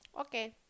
Okay